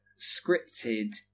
scripted